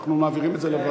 אנחנו מעבירים את זה לוועדה.